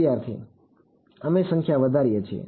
વિદ્યાર્થી અમે સંખ્યા વધારીએ છીએ